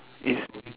is